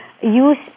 use